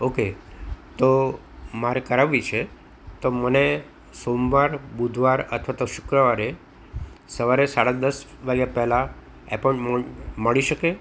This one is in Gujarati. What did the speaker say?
ઓકે તો મારે કરાવવી છે તો મને સોમવાર બુધવાર અથવા તો શુક્રવારે સવારે સાડા દસ વાગ્યા પહેલા એપોઇમેન્ટ મળી શકે